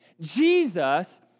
Jesus